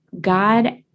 God